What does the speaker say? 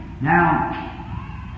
Now